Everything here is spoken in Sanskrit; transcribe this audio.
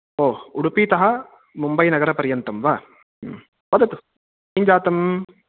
ओ उडुपितः मुम्बै नगरपर्यन्तं वा ह्म् वदतु किं जातम्